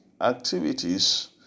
activities